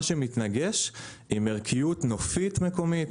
מה שמתנגש עם ערכיות נופית מקומית,